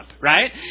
right